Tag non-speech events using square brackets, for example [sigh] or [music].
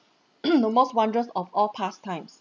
[coughs] the most wondrous of all pastimes